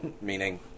meaning